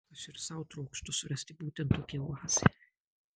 aš ir sau trokštu surasti būtent tokią oazę